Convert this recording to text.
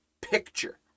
picture